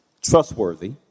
trustworthy